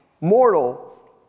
Mortal